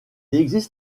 existe